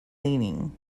leaning